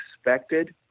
expected